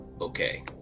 Okay